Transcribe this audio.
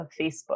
Facebook